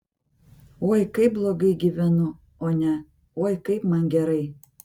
oi kaip blogai gyvenu o ne oi kaip man gerai